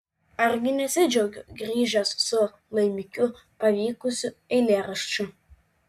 argi nesidžiaugiu grįžęs su laimikiu pavykusiu eilėraščiu